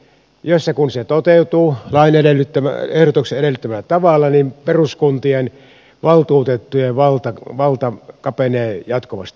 jos ja kun se toteutuu ehdotuksen edellyttämällä tavalla niin peruskuntien valtuutettujen valta kapenee jatkuvasti